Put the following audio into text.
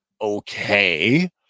okay